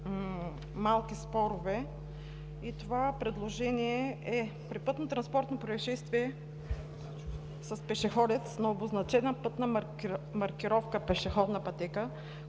малки спорове, това предложение е: „При пътнотранспортно произшествие с пешеходец на обозначена пътна маркировка „пешеходна пътека“,